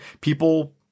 people